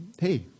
hey